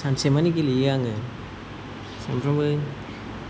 सानसे मानि गेलेयो आङो सामफ्रोमबो